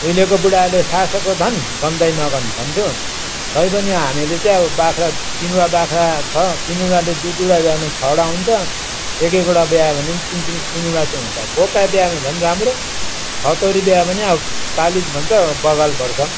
उहिलेको बुढाहरूले सासको धन गन्दै नगन भन्थ्यो तैपनि हामीहरूले चाहिँ अब बाख्रा तिनवटा बाख्रा छ तिनवटाले दुई दुईवटा ब्यायो भने छवटा हुन्छ एक एकवटा ब्यायो भने तिन तिन तिनवडा चाहिँ हुन्छ बोका ब्यायो भने झन् राम्रो छतौरी ब्यायो भने पालित भन्छ बगाल बढ्छ